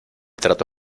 trato